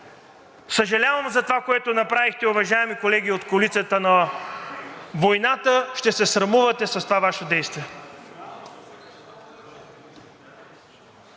Съжалявам за това, което направихте, уважаеми колеги от коалицията на войната. Ще се срамувате от това Ваше действие.